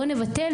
בואו נבטל,